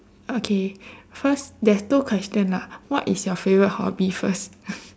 okay first 's two question ah what is your favourite hobby first